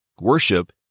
Worship